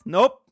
Nope